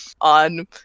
on